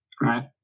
right